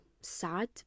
sad